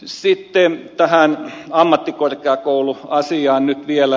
sitten tähän ammattikorkeakouluasiaan nyt vielä